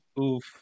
Oof